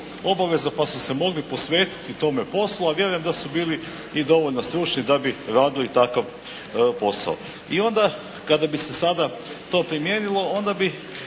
pa su se mogli posvetiti tome poslu a vjerujem da su bili i dovoljno stručni da bi radili takav posao. I onda kada bi se sada to primijenilo onda bi